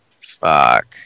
Fuck